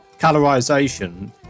colorization